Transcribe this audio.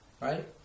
Right